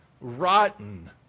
rotten